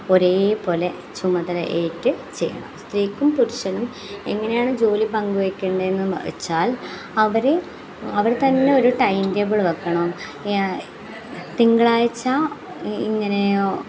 ഒരേ പോലെ ചുമതല ഏറ്റ് ചെയ്യണം സ്ത്രീക്കും പുരുഷനും എങ്ങനെയാണ് ജോലി പങ്കുവെയ്ക്കേണ്ടതെന്ന് വെച്ചാൽ അവരു അവിടെ തന്നെ ഒരു ടൈം ടേബിൾ വെക്കണം ഞാൻ തിങ്കളാഴ്ച്ച ഇങ്ങനെ ഓ